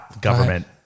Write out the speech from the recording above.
government